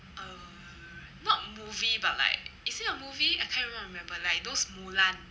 um not movie but like is it a movie I can't even remember like those mulan